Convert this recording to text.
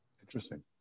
Interesting